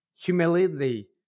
humility